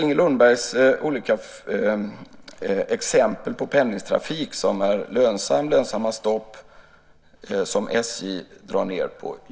Inger Lundberg ger olika exempel på pendlingstrafik som är lönsam och lönsamma stopp som SJ drar ned på.